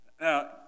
Now